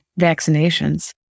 vaccinations